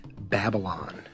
Babylon